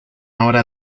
ahora